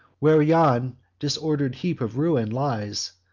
where yon disorder'd heap of ruin lies,